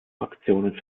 fraktionen